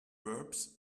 verbs